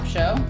Show